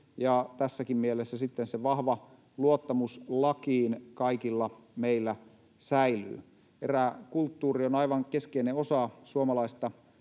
tässäkin mielessä sitten se vahva luottamus lakiin kaikilla meillä säilyy. Eräkulttuuri on aivan keskeinen osa suomalaista